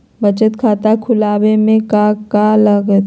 बचत खाता खुला बे में का का लागत?